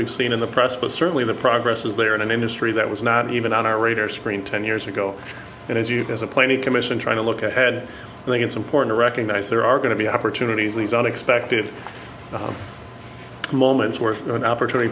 we've seen in the press but certainly the progress is there in an industry that was not even on our radar screen ten years ago and as you as a plenty commission trying to look ahead i think it's important to recognize there are going to be opportunities these unexpected moments where an opportunity